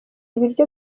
ibiryo